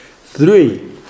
three